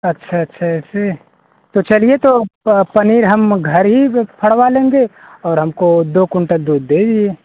अच्छा अच्छा ऐसे तो चलिए तो पनीर हम घर ही में फड़वा लेंगे और हमको दो कुंटल दूध दे दीजिए